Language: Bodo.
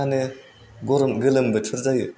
मा होनो गरम गोलोम बोथोर जायो